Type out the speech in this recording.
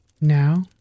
Now